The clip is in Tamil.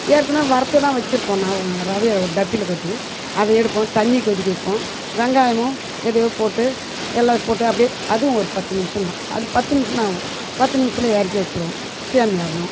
ஏற்கனவே வறுத்து தான் வச்சிருப்போம் நான் ரவையை ஒரு டப்பில் கொட்டி அதை எடுப்போம் தண்ணி கொதிக்க வைப்போம் வெங்காயமோ எதையோ போட்டு எல்லாம் போட்டு அப்டி அதுவும் ஒரு பத்து நிமிடம் தான் அது பத்து நிமிடம் தான் ஆகும் பத்து நிமிஷத்தில் இறக்கி வச்சிருவோம் சேமியாவையும்